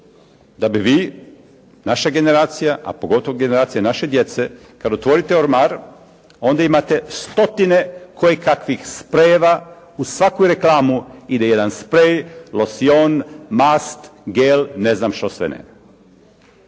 da bi vi, naša generacija, a pogotovo generacija naše djece kad otvorite ormar onda imate stotine kojekakvih sprejeva. U svaku reklamu ide jedan sprej, losion, mast, gel, ne znam što sve ne.